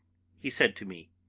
he said to me